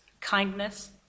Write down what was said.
kindness